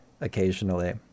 occasionally